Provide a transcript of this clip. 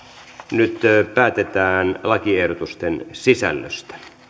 nyt päätetään lakiehdotusten sisällöstä